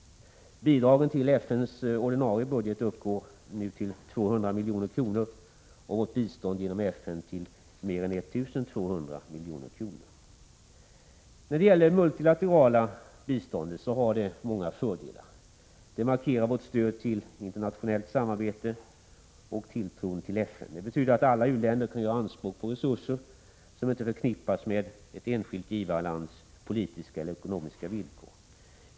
Bidraget till FN:s ordinarie budget uppgår nu till 200 milj.kr. och vårt bistånd genom FN till mer än 1 200 milj.kr. Det multilaterala biståndet har många fördelar. Det markerar vårt stöd till internationellt samarbete och tilltron till FN. Det betyder att alla u-länder kan göra anspråk på resurser som inte förknippas med ett enskilt givarlands politiska eller ekonomiska villkor.